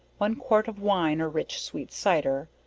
one quart of wine or rich sweet cyder,